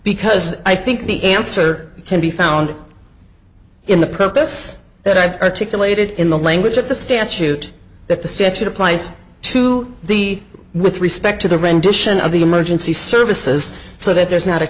because i think the answer can be found in the purpose that i've articulated in the language of the statute that the statute applies to the with respect to the rendition of the emergency services so that there's not a